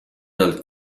dal